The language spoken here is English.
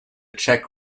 czech